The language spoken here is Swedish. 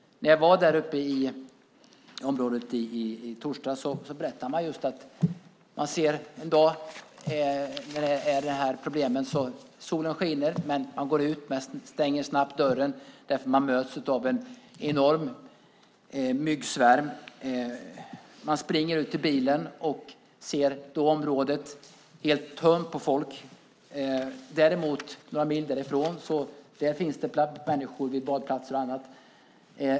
När jag var i området i torsdags berättade man om en dag med de här problemen. Solen skiner, man går ut och stänger dörren snabbt därför att man möts av en enorm myggsvärm. Man springer ut till bilen och ser att området är helt tömt på folk. Några mil därifrån finns det däremot människor på badplatser och annat.